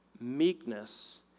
meekness